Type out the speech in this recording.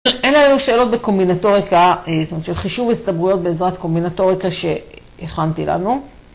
אלה היו שאלות בקומבינטוריקה, זאת אומרת של חישוב הסתברויות בעזרת קומבינטוריקה שהכנתי לנו.